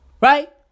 Right